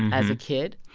as a kid.